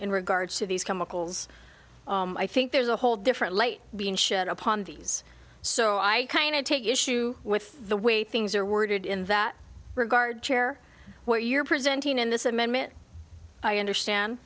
in regards to these chemicals i think there's a whole different light being shit upon these so i kind of take issue with the way things are worded in that regard chair what you're presenting in this amendment i understand